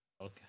Okay